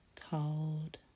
cold